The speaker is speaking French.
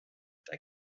être